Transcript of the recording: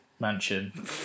mansion